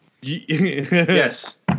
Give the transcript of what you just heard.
Yes